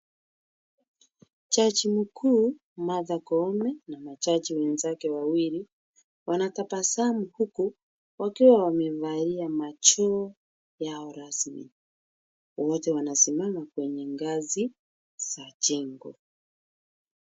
Jaji mkuu Martha Koome na majaji wenzake wawili, wanatabasamu huku wakiwa wamevalia majoho yao rasmi. Wote wanasimama kwenye ngazi za jengo.